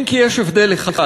אם כי יש הבדל אחד,